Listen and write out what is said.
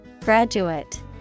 Graduate